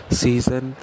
season